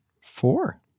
four